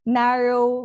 narrow